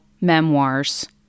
memoirs